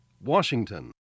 Washington